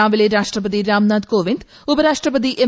രാവിലെ രാഷ്ട്രപതി രീഹ്ാഥ് കോവിന്ദ് ഉപരാഷ്ട്രപതി എം